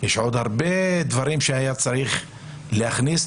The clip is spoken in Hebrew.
עוד הרבה דברים היה צריך להכניס,